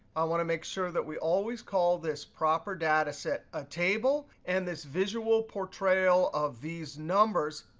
i want to make sure that we always call this proper data set a table and this visual portrayal of these numbers,